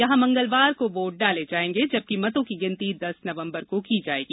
यहां मंगलवार को वोट डाले जायेंगे जबकि मतों की गिनती दस नवम्बर को की जायेगी